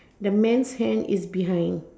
the man's hand is behind